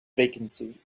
vacancy